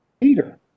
Peter